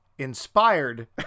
inspired